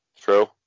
True